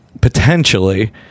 potentially